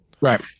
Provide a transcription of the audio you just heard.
right